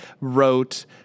wrote